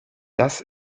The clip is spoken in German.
das